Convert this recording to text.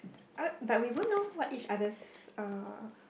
uh but we won't know what each other's uh